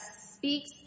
speaks